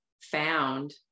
found